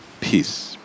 Peace